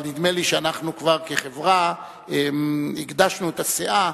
אבל נדמה לי שאנחנו כחברה כבר הגדשנו את הסאה